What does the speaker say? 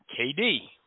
KD